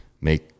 make